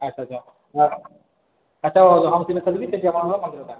ଆଚ୍ଛା ଆଚ୍ଛା ଆଚ୍ଛା ସେଇଠି ଆପଣଙ୍କର ମନ୍ଦିରଟା